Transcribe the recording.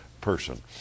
person